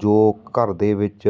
ਜੋ ਘਰ ਦੇ ਵਿੱਚ